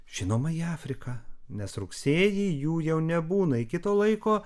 žinoma į afriką nes rugsėjį jų jau nebūna iki to laiko